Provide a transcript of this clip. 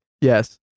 Yes